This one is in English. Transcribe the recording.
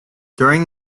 during